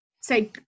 say